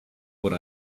what